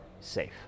safe